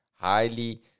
highly